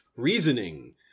reasoning